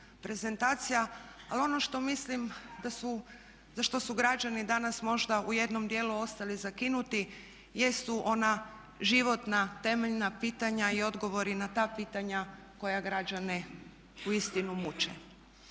prezentacije ali ono što mislim za što su građani danas možda u jednom dijelu ostali zakinuti jesu ona životna, temeljna pitanja i odgovori na ta pitanja koja građane uistinu muče.